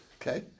okay